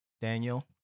Daniel